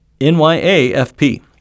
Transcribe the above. N-Y-A-F-P